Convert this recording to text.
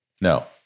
No